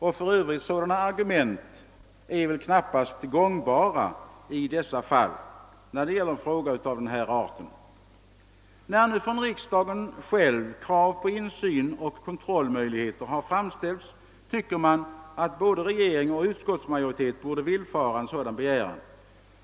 Och för övrigt: sådana argument är väl i alla fall inte gångbara när det gäller en fråga av denna art. När nu krav på insyn och kontrollmöjligheter framförts av riksdagen själv tycker man att både regering och utskottsmajoritet borde villfara en sådan begäran.